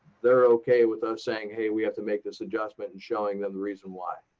they're okay with us saying, hey, we have to make this adjustment and showing them the reason why.